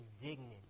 indignant